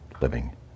living